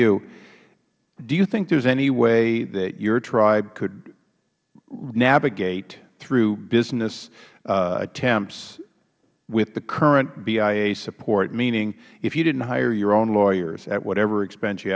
you do you think there is any way that your tribe could navigate through business attempts with the current bia support meaning if you didn't hire your own lawyers at whatever expense you